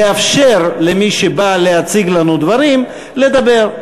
לאפשר למי שבא להציג לנו דברים לדבר.